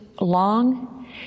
long